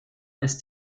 ist